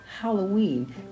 Halloween